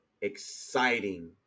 exciting